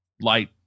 light